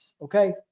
okay